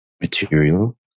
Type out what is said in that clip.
material